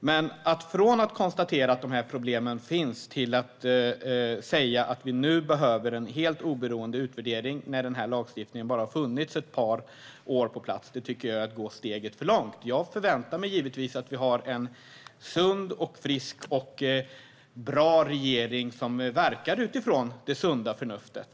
Men från att konstatera att problemen finns till att säga att vi behöver en helt oberoende utvärdering av lagstiftningen, som bara har funnits på plats i ett par år, är steget för långt. Jag förväntar mig givetvis att vi har en sund, frisk och bra regering som verkar utifrån det sunda förnuftet.